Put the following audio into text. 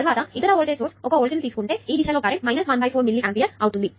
తరువాత ఇతర voltage source 1 volt ని తీసుకుంటే ఈ దిశలో కరెంట్ 1 4 మిల్లీ ఆంపియర్ అవుతుంది